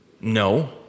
No